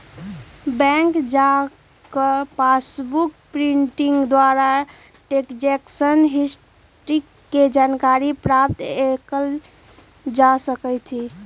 bank जा कऽ passbook printing द्वारा ट्रांजैक्शन हिस्ट्री के जानकारी प्राप्त कएल जा सकइ छै